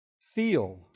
feel